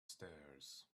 stairs